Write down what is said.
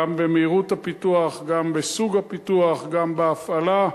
גם במהירות הפיתוח, גם בסוג הפיתוח, גם בהפעלה,